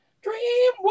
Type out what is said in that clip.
Dream